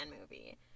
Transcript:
movie